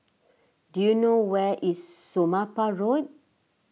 do you know where is Somapah Road